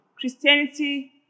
Christianity